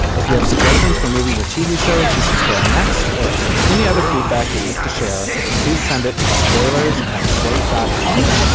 if you have suggestions for movies or tv shows we should spoil next. or if you have any other feedback you'd like to share. please send it to spoilers at slate dot com.